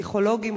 פסיכולוגים,